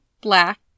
black